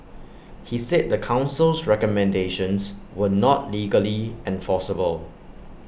he said the Council's recommendations were not legally enforceable